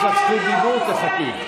יש לך זכות דיבור, תחכי.